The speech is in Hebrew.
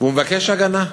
והוא מבקש הגנה.